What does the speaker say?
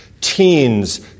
teens